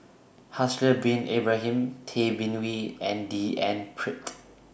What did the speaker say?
Haslir Bin Ibrahim Tay Bin Wee and D N Pritt